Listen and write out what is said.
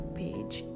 page